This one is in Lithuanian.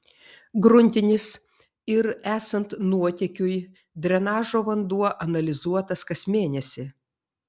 gruntinis ir esant nuotėkiui drenažo vanduo analizuotas kas mėnesį